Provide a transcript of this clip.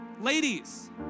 ladies